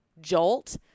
jolt